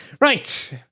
Right